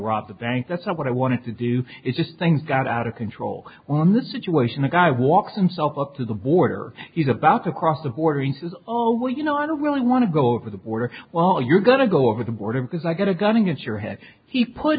the bank that's what i wanted to do it just things got out of control on the situation the guy walks in self up to the border he's about to cross the border and says oh you know i don't really want to go over the border well you're to go over the border because i got a gun against your head he put